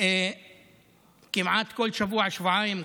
כמעט כל שבוע-שבועיים,